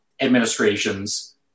administrations